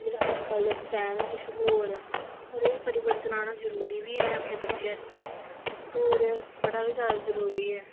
जेहड़ा अजकल दा टैंम ऐ ओह् किश होर ऐ परिबर्तन आना जरुरी बी ऐ बच्चे आस्ते और बड़ा गै ज्यादा जरुरी ऐ